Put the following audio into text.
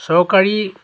চৰকাৰী